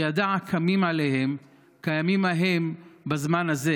שיש הקמים עליהם כימים ההם בזמן הזה.